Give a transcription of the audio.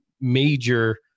major